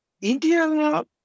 India